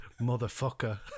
motherfucker